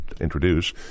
introduce